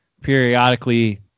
periodically